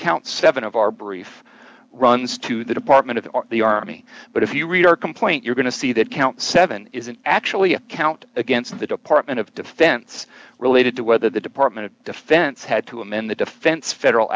counts seven of our brief runs to the department of the army but if you read our complaint you're going to see that count seven isn't actually a count against the department of defense related to whether the department of defense had to amend the defense federal